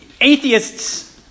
Atheists